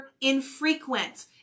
infrequent